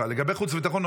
לגבי חוץ וביטחון,